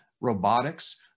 robotics